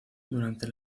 durante